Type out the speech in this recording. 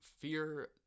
fear